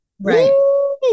right